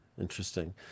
Interesting